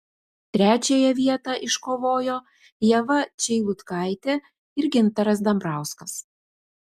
trečiąją vietą iškovojo ieva čeilutkaitė ir gintaras dambrauskas